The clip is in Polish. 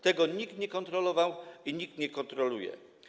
Tego nikt nie kontrolował i nikt nie kontroluje.